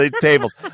tables